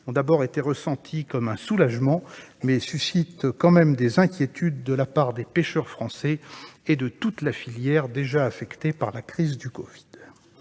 ont d'abord été ressenties comme un soulagement, elles suscitent des inquiétudes de la part des pêcheurs français et de toute la filière, déjà affectée par la crise du covid.